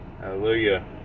Hallelujah